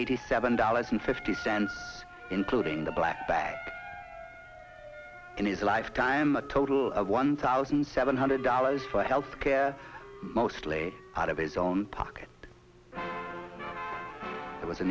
eighty seven dollars and fifty cents including the black bag in his lifetime a total of one thousand seven hundred dollars for health care mostly out of his own pocket it was a